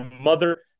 mother